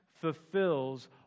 fulfills